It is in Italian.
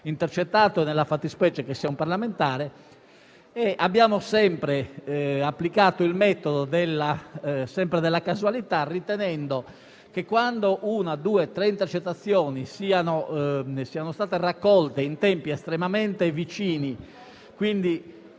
intercettato e nella fattispecie che sia un parlamentare. Inoltre, sempre applicando il metodo della casualità, quando una, due o tre intercettazioni sono state raccolte in tempi estremamente vicini, quindi